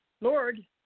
lord